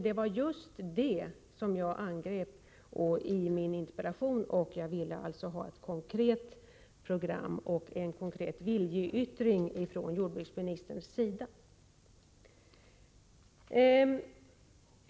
Det var just det som jag angrep i min interpellation. Jag ville ha besked om ett konkret program, en konkret viljeyttring från jordbruksministerns sida.